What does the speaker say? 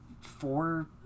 four